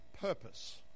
purpose